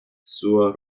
zur